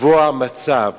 לקבוע מצב